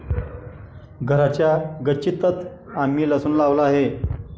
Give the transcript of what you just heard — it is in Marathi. घराच्या गच्चीतंच आम्ही लसूण लावला आहे